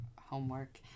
homework